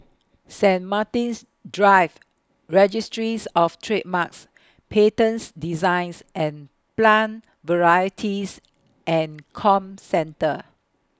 Saint Martin's Drive Registries of Trademarks Patents Designs and Plant Varieties and Comcentre